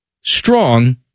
strong